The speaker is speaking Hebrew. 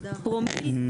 העוף היא